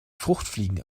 fruchtfliegen